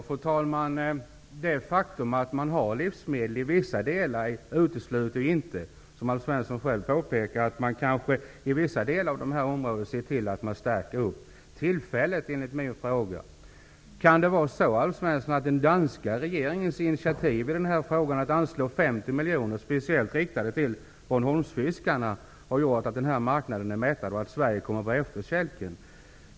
Fru talman! Det faktum att man har livsmedel i vissa delar utesluter, som Alf Svensson själv påpekar, inte att man i vissa delar nu kan stärka tillgången. Kan det vara så, Alf Svensson, att den danska regeringens initiativ att anslå 50 miljoner speciellt riktade till Bornholmsfiskarna har gjort att marknaden är mättad och att Sverige kommer på efterkälken?